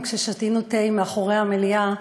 כששתינו תה מאחורי המליאה,